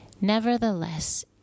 Nevertheless